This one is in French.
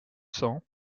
cents